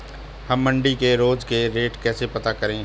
हम मंडी के रोज के रेट कैसे पता करें?